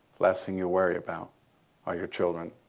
last thing you worry about are your children.